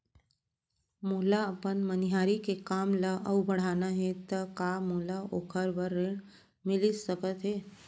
मोला अपन मनिहारी के काम ला अऊ बढ़ाना हे त का मोला ओखर बर ऋण मिलिस सकत हे?